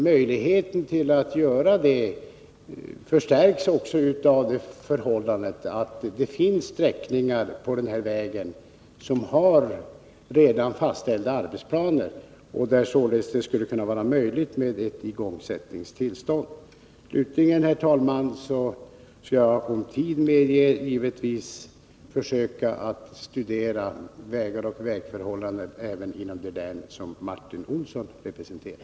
Möjligheten härtill förstärks av det förhållandet att det för vissa sträckningar på den här vägen redan finns fastställda arbetsplaner och där det således kan vara möjligt med ett igångsättningstillstånd. Slutligen, herr talman, vill jag säga att om tiden medger det skall jag naturligtvis studera vägar och vägförhållanden även inom det län som Martin Olsson representerar.